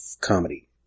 Comedy